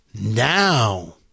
Now